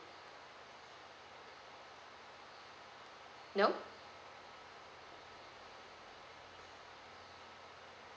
no